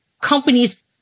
companies